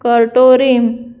कुरटोरी